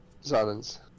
Silence